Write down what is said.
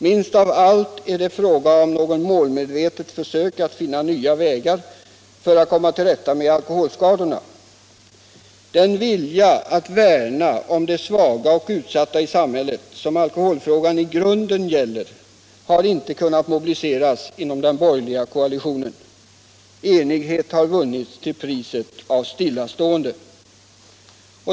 Minst av allt är det fråga om något målmedvetet försök att finna nya vägar för att komma till rätta med alkoholskadorna. Den vilja att värna om de svaga och utsatta i samhället som alkoholfrågan i grunden gäller har inte kunnat mobiliseras inom den borgerliga koalitionen. Enighet har vunnits till priset av stillastående.